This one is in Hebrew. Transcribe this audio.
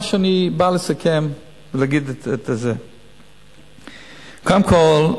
מה שאני בא לסכם ולהגיד: קודם כול,